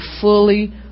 fully